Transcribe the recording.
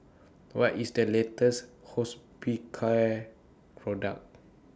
What IS The latest Hospicare Product